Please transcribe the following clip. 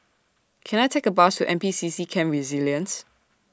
Can I Take A Bus to N P C C Camp Resilience